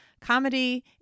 comedy